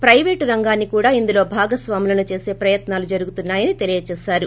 పైపేటు రంగాన్ని కూడా ఇందులో భాగస్వాములను చేసీ ప్రయత్నాలు జరుగుతున్నా యని తెలియజేశారు